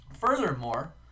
Furthermore